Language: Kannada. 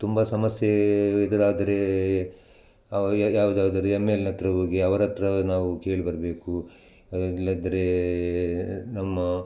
ತುಂಬ ಸಮಸ್ಯೆ ಎದುರಾದರೆ ಯಾವ್ದಾದರೂ ಎಮ್ ಎಲ್ನತ್ತಿರ ಹೋಗಿ ಅವರ ಹತ್ರ ನಾವು ಕೇಳಿ ಬರಬೇಕು ಇಲ್ಲದಿರೇ ನಮ್ಮ